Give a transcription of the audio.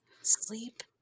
Sleep